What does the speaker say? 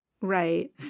right